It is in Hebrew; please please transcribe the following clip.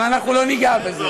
אבל אנחנו לא ניגע בזה.